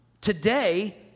Today